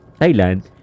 Thailand